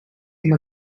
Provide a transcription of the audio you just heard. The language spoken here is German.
dem